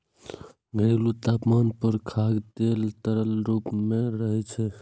घरेलू तापमान पर खाद्य तेल तरल रूप मे रहै छै